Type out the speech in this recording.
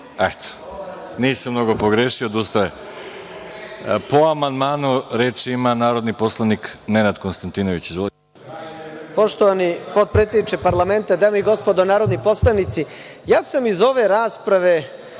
nisam mnogo pogrešio, odustao je. Po amandmanu, reč ima narodni poslanik Nenad Konstantinović. **Nenad Konstantinović** Poštovani podpredsedniče Parlamenta, dame i gospodo narodni poslanici, ja sam iz ove rasprave